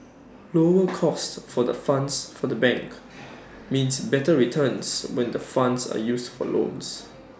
lower cost for the funds for the bank means better returns when the funds are used for loans